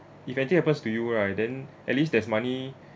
if anything happens to you right then at least there's money